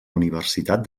universitat